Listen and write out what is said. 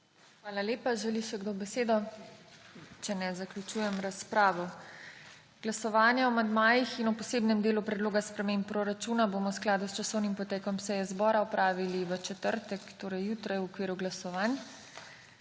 Hvala lepa. Želi še kdo besedo? Če ne zaključujem razpravo. Glasovanje o amandmaji in o Posebnem delu predloga sprememb proračuna bomo v skladu s časovnim potekom seje zbora opravili v četrtek, torej jutri, v okviru glasovanj.